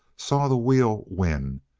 saw the wheel win,